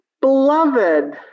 Beloved